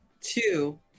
two